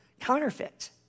counterfeit